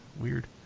Weird